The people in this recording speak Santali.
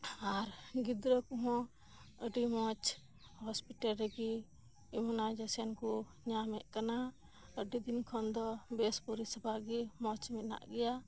ᱟᱨ ᱜᱤᱫᱽᱨᱟᱹ ᱠᱚᱦᱚᱸ ᱟᱰᱤ ᱢᱚᱸᱡᱽ ᱦᱚᱸᱥᱯᱤᱴᱮᱞ ᱨᱮᱜᱮ ᱮᱢᱩᱱᱟᱭᱡᱮᱥᱮᱱ ᱠᱚ ᱧᱟᱢᱮᱫ ᱠᱟᱱᱟ ᱟᱰᱤ ᱫᱤᱱ ᱠᱷᱚᱱ ᱫᱚ ᱵᱮᱥ ᱯᱚᱨᱤᱥᱮᱵᱟ ᱜᱮ ᱢᱚᱸᱡᱽ ᱢᱮᱱᱟᱜ ᱜᱮᱭᱟ